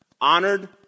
Honored